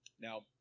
Now